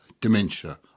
dementia